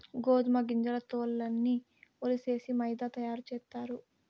గోదుమ గింజల తోల్లన్నీ ఒలిసేసి మైదా తయారు సేస్తారు